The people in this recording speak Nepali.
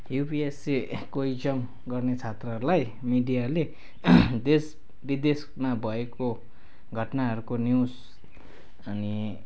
युपिएससीको इक्जाम गर्ने छात्रहरूलाई मिडियाले देश विदेशमा भएको घटनाहरूको न्युज अनि